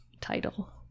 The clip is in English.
title